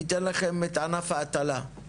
ניתן לכם את ענף ההטלה,